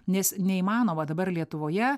nes neįmanoma dabar lietuvoje